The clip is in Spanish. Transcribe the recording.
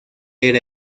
era